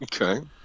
Okay